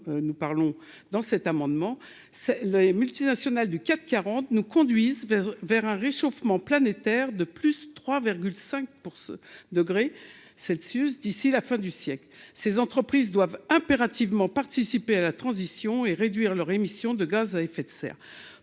nous parlons dans cet amendement, c'est les multinationales du CAC 40 nous conduisent vers vers un réchauffement planétaire de plus 3 virgule 5 pour ce degrés Celsius d'ici la fin du siècle, ces entreprises doivent impérativement participer à la transition et réduire leur émission de gaz à effet de serre